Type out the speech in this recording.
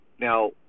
Now